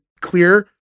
clear